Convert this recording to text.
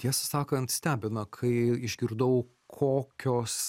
tiesą sakant stebina kai išgirdau kokios